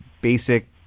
basic